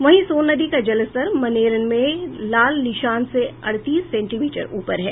वहीं सोन नदी का जलस्तर मनेर में लाल निशान से अड़तीस सेंटीमीटर ऊपर है